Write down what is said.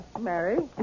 Mary